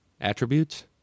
attributes